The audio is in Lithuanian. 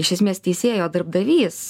iš esmės teisėjo darbdavys